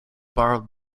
borrowed